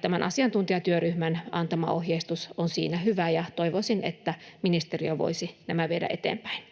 Tämän asiantuntijatyöryhmän antama ohjeistus on siinä hyvä, ja toivoisin, että ministeriö voisi nämä viedä eteenpäin.